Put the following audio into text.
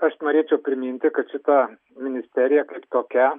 aš norėčiau priminti kad šita ministerija kaip tokia